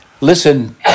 Listen